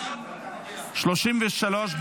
התשפ"ד 2023,